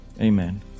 amen